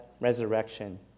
resurrection